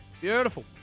Beautiful